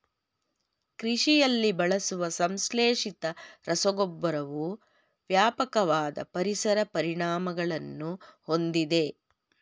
ಕೃಷಿಯಲ್ಲಿ ಬಳಸುವ ಸಂಶ್ಲೇಷಿತ ರಸಗೊಬ್ಬರವು ವ್ಯಾಪಕವಾದ ಪರಿಸರ ಪರಿಣಾಮಗಳನ್ನು ಹೊಂದಿದೆ